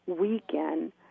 weekend